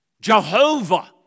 Jehovah